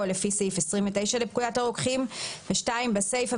"לפי סעיף 29 לפקודת הרוקחים"; בסיפה,